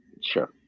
Sure